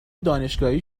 دانشگاهی